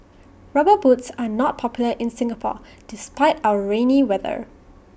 rubber boots are not popular in Singapore despite our rainy weather